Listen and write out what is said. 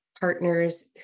partners